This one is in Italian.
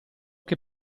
che